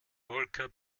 volker